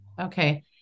Okay